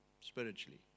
Spiritually